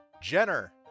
Jenner